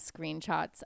screenshots